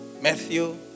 Matthew